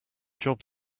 job